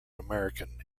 american